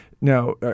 Now